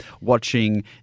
watching